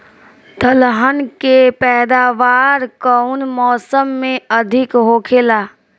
दलहन के पैदावार कउन मौसम में अधिक होखेला?